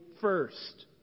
first